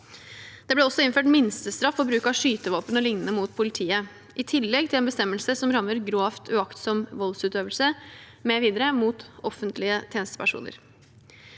Det ble også innført minstestraff for bruk av skytevåpen og lignende mot politiet, i tillegg til en bestemmelse som rammer grovt uaktsom voldsutøvelse mv. mot offentlige tjenestepersoner.